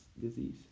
disease